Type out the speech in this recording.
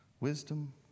wisdom